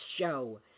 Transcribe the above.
show